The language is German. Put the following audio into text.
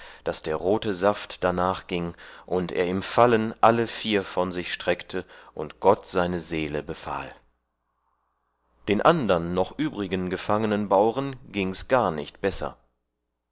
daß der rote saft darnach gieng und er im fallen alle vier von sich streckte und gott seine seele befahl den andern noch übrigen gefangenen bauren giengs gar nicht besser